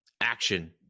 action